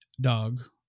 dog